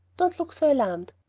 don't look so alarmed.